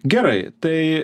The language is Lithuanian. gerai tai